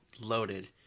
loaded